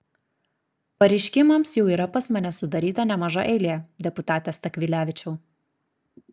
pareiškimams jau yra pas mane sudaryta nemaža eilė deputate stakvilevičiau